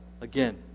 again